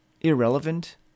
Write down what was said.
irrelevant